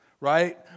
right